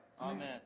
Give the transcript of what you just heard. Amen